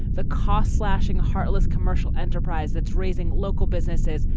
the cost slashing, heartless commercial enterprise that's raising local businesses,